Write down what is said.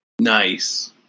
nice